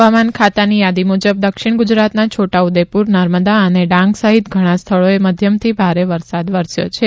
હવામાન ખાતાની યાદી મુજબ દક્ષિણ ગુજરાતના છોટાઉદેપુર નર્મદા અને ડાંગ સહિત ગણા સ્થળોએ મધ્યમથી ભારે વરસાદ વરસ્યો છે